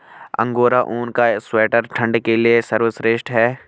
angora ऊन का sweater ठंड के लिए सर्वश्रेष्ठ है